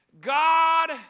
God